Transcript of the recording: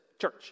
church